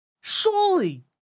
Surely